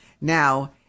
Now